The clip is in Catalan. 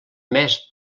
més